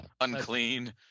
unclean